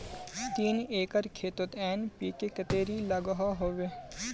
तीन एकर खेतोत एन.पी.के कतेरी लागोहो होबे?